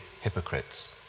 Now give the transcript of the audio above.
hypocrites